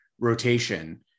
rotation